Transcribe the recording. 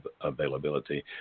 availability